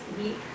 week